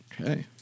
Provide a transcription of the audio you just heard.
Okay